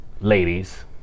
ladies